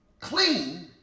clean